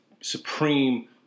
Supreme